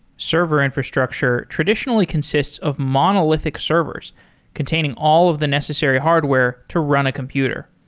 server infrastructure traditionally consists of monolithic servers containing all of the necessary hardware to run a computer.